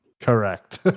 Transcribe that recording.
Correct